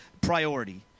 priority